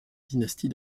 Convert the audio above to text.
dynastie